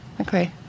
okay